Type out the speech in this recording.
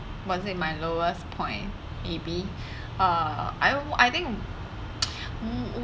was it my lowest point maybe uh I wa~ I think mm